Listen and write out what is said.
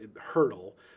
hurdle